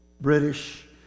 British